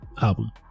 album